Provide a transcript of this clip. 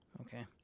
okay